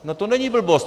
No to není blbost.